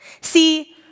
See